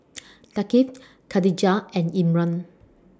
Thaqif Katijah and Imran